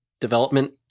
development